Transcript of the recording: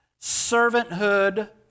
servanthood